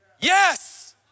Yes